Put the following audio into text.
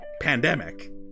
pandemic